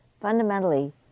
fundamentally